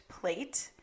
Plate